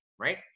right